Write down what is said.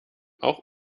auch